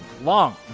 long